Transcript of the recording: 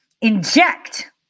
inject